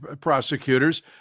prosecutors